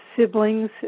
siblings